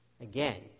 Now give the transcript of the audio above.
Again